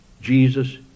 Jesus